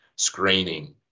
screening